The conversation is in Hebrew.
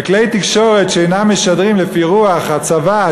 וכלי תקשורת שאינם משדרים לפי רוח הצבא,